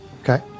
Okay